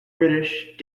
british